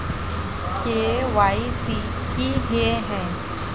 KYC की हिये है?